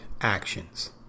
actions